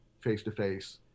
face-to-face